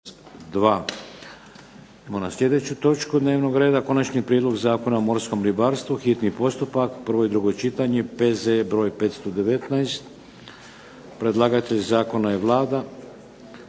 Idemo na sljedeću točku dnevnog reda - Konačni prijedlog Zakona o morskom ribarstvu, hitni postupak, prvo i drugo čitanje, P.Z.E. br. 519 Predlagatelj zakona je Vlada.